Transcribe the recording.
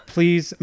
Please